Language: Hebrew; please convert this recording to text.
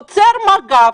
עוצר אותו מג"ב,